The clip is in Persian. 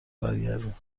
برگردیم